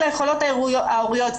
על היכולות ההוריות,